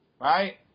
right